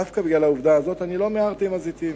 דווקא בגלל העובדה הזו לא מיהרתי עם הזיתים,